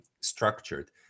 structured